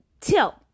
tilt